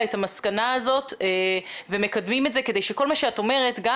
את המסקנה הזאת ומקדמים את זה כדי שכל מה שאת אומרת גם